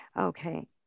Okay